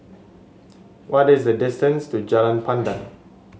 what is the distance to Jalan Pandan